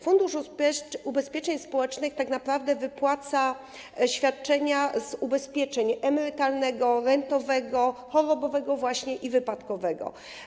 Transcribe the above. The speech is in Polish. Fundusz Ubezpieczeń Społecznych tak naprawdę wypłaca świadczenia z ubezpieczenia emerytalnego, rentowego, chorobowego właśnie i wypadkowego.